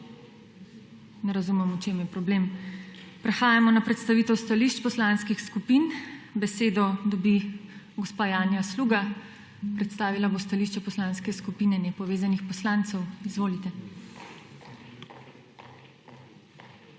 Ne razumem v čem je problem. Prehajamo na predstavitev stališč poslanskih skupin. Besedo dobi gospa Janja Sluga. Predstavila bo stališče Poslanske skupine Nepovezanih poslancev. Izvolite.